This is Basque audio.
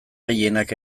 gehienak